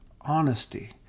honesty